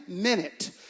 Minute